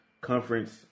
Conference